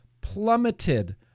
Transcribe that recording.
plummeted